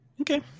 Okay